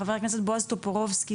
ח"כ בועז טופורובסקי,